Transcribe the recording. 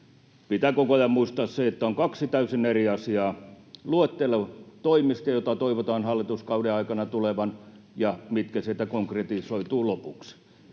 pitää koko ajan muistaa se, että nämä ovat kaksi täysin eri asiaa: luettelo toimista, joita toivotaan hallituskauden aikana tulevan, ja se, mitkä sieltä konkretisoituvat lopuksi.